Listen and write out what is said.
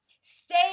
stay